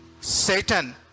Satan